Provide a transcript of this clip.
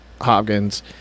Hopkins